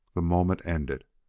the moment ended.